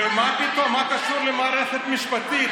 ומה פתאום, מה זה קשור למערכת המשפטית?